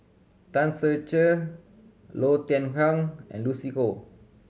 Tan Ser Cher Low Thia Khiang and Lucy Koh